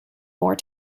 more